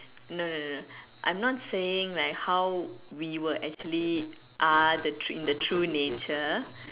no no no I'm not saying like how we were actually are the in the true nature